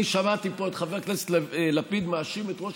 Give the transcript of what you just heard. אני שמעתי פה את חבר הכנסת לפיד מאשים את ראש